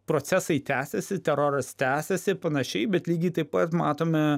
procesai tęsiasi teroras tęsiasi panašiai bet lygiai taip pat matome